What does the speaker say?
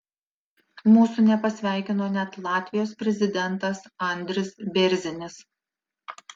mūsų nepasveikino net latvijos prezidentas andris bėrzinis